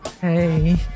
Hey